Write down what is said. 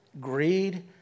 greed